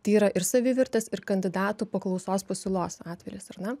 tai yra ir savivertės ir kandidatų paklausos pasiūlos atvelis ar ne